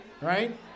right